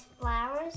flowers